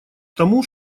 тому